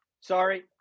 sorry